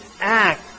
act